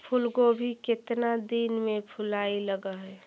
फुलगोभी केतना दिन में फुलाइ लग है?